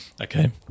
okay